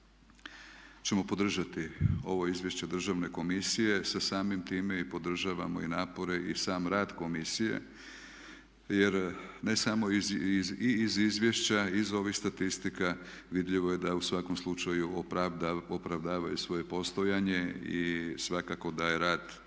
ćemo podržati ovo izvješće Državne komisije sa samim time i podržavamo i napore i sam rad komisije jer ne samo i iz izvješća, iz ovih statistika vidljivo je da u svakom slučaju opravdavaju svoje postojanje i svakako da je rad vrlo